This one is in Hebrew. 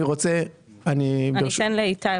אני אתן לאיתי,